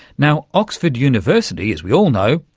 now, oxford university, as we all know,